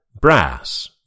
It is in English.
Brass